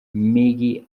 migi